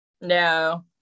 No